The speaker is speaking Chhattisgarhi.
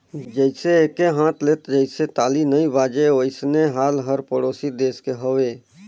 जइसे एके हाथ ले जइसे ताली नइ बाजे वइसने हाल हर परोसी देस के हवे